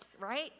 right